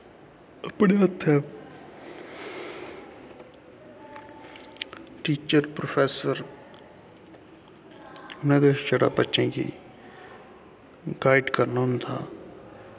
अपने हत्थ ऐ टीचर प्रौफैसर उनें ते छड़ा बच्चें गी गाईड करना होंदा